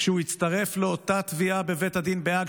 כשהוא הצטרף לאותה תביעה בבית הדין בהאג,